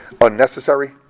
unnecessary